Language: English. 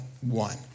one